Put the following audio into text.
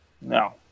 No